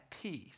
peace